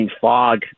fog